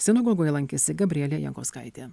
sinagogoje lankėsi gabrielė jankauskaitė